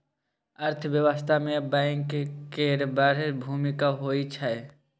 अर्थव्यवस्था मे बैंक केर बड़ भुमिका होइ छै